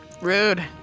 Rude